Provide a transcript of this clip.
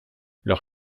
leurs